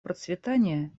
процветания